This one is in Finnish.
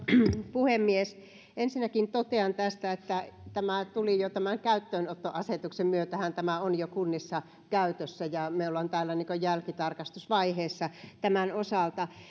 puhemies ensinnäkin totean tästä että tämä tuli jo tämän käyttöönottoasetuksen myötähän tämä on jo kunnissa käytössä ja me olemme täällä niin kuin jälkitarkastusvaiheessa tämän osalta